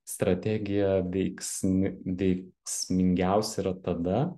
strategija veiksmi veiksmingiausia yra tada